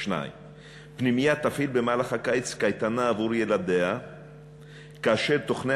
2. פנימייה תפעיל במהלך הקיץ עבור ילדיה קייטנה אשר תכניה